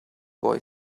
boy